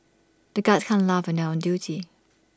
the guards can't laugh when they are on duty